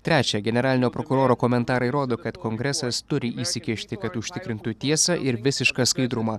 trečia generalinio prokuroro komentarai rodo kad kongresas turi įsikišti kad užtikrintų tiesą ir visišką skaidrumą